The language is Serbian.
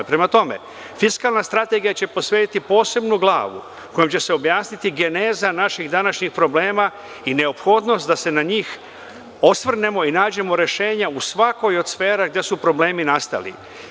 Prema tome, fiskalna strategija će posvetiti posebnu glavu kojom će se objasniti geneza naših današnjih problema i neophodnost da se na njih osvrnemo i nađemo rešenja u svakoj od sfera gde su problemi nastali.